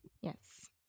Yes